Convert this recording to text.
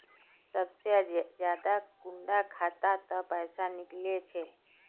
सबसे ज्यादा कुंडा खाता त पैसा निकले छे?